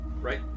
right